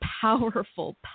powerful